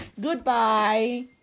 Goodbye